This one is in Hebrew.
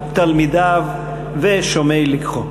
תלמידיו ושומעי לקחו.